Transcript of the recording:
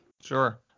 Sure